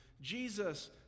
Jesus